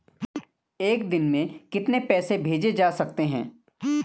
एक दिन में कितने पैसे भेजे जा सकते हैं?